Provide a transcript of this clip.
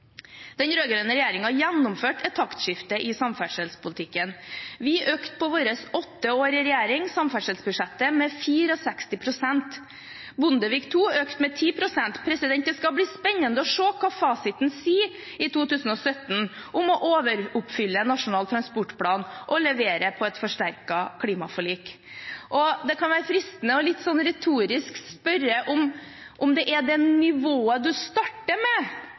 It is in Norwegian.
Den rød-grønne regjeringen gjennomførte et taktskifte i samferdselspolitikken. Vi økte i løpet av våre åtte år i regjering samferdselsbudsjettet med 64 pst. Bondevik II økte med 10 pst. Det skal bli spennende å se hva fasiten sier i 2017 om å overoppfylle Nasjonal transportplan og levere på et forsterket klimaforlik. Og det kan være fristende litt retorisk å spørre om det er det nivået du starter med,